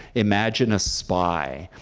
imagine a spy.